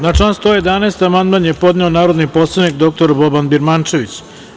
Na član 111. amandman je podneo narodni poslanik dr Boban Birmančević.